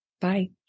Bye